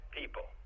people